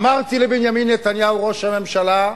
אמרתי לבנימין נתניהו, ראש הממשלה,